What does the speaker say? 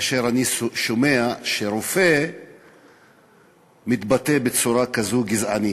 כאשר אני שומע שרופא מתבטא בצורה כזו גזענית,